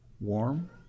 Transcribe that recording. warm